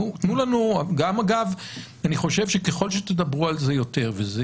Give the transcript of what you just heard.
אני חושב שככל שתדברו על זה יותר ואלה